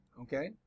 okay